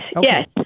yes